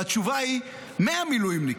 והתשובה היא: מהמילואימניקים.